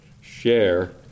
Share